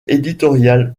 éditoriale